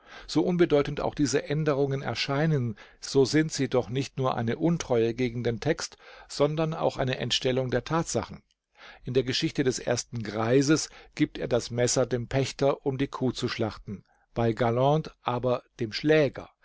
so unbedeutend auch diese änderungen erscheinen so sind sie doch nicht nur eine untreue gegen den text sondern auch eine entstellung der tatsachen in der geschichte des ersten greises gibt er das messer dem pächter um die kuh zu schlachten bei galland aber dem schläger